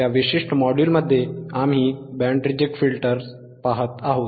या विशिष्ट मॉड्यूलमध्ये आम्ही बँड रिजेक्ट फिल्टर्स पाहत आहोत